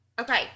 Okay